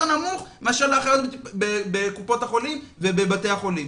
נמוך לעומת אחיות בקופות החולים ובבתי החולים.